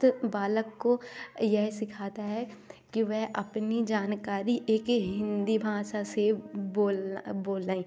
बालक को यही सीखाता है कि वह अपनी जानकारी एक हिंदी भासा से बोला बोलई